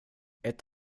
ett